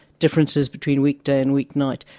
differences between weekdays and weeknights.